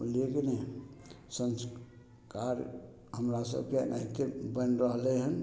बुझलियै की नहि संस्कार हमरा सबके एनाहिते बनि रहलै हन